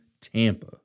Tampa